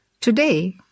Today